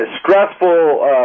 stressful